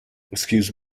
excuse